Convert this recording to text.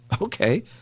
Okay